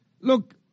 look